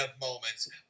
moments